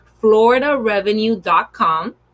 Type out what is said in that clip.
floridarevenue.com